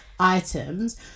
items